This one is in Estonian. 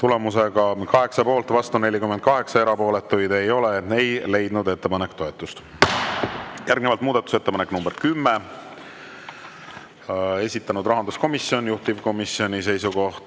Tulemusega poolt 8, vastu 48, erapooletuid ei ole, ei leidnud ettepanek toetust. Järgnevalt muudatusettepanek nr 10, esitanud rahanduskomisjon, juhtivkomisjoni seisukoht